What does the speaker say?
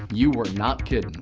you were not kidding.